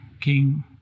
King